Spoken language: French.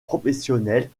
professionnelle